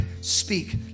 speak